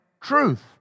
truth